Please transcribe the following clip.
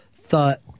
thought